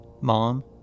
Mom